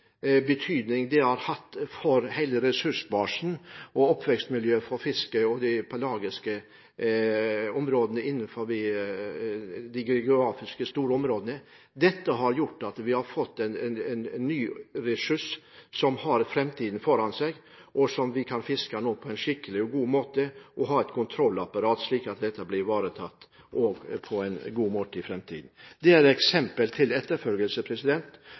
oppvekstmiljøet for fisk i de store pelagiske områdene. Dette har gjort at vi har fått en ny ressurs som har tiden foran seg, som gjør at vi kan fiske på en skikkelig og god måte, og at vi har et kontrollapparat som ivaretar dette i tiden framover. Disse avtalene er eksempler til etterfølgelse og vitner om at mer samarbeid og flere avtaler må til – vi må snakke mer sammen. Til